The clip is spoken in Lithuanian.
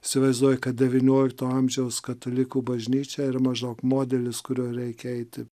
įsivaizduoja kad devyniolikto amžiaus katalikų bažnyčia ir maždaug modelis kuriuo reikia eiti